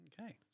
Okay